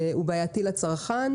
הוא בעייתי לצרכן,